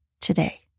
today